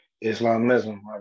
Islamism